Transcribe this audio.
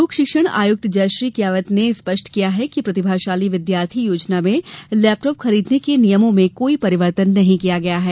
लोकशिक्षण आयुक्त जयश्री कियावत ने स्पष्ट किया है कि प्रतिभाशाली विद्यार्थी योजना में लैपटॉप खरीदने के लिये नियमों में कोई परिवर्तन नहीं किया गया है